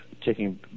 taking